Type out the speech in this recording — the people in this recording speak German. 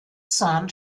zahn